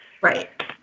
Right